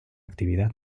actividad